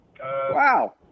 wow